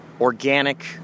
organic